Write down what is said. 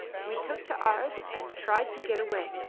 we took to ours and tried to get away,